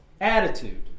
attitude